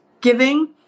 giving